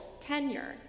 tenure